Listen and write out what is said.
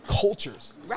cultures